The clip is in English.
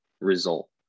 result